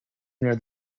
near